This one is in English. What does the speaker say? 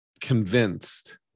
convinced